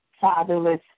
fatherless